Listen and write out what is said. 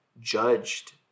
judged